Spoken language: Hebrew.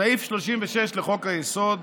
סעיף 36 לחוק-יסוד: